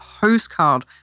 postcard